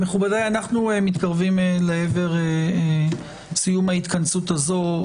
מכובדיי, אנחנו מתקרבים לסיום ההתכנסות הזאת.